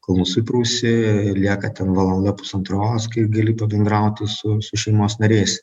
kol nusiprausi lieka ten valanda pusantros kai gali pabendrauti su su šeimos nariais